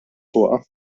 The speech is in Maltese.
fuqha